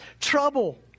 trouble